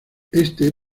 este